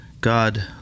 God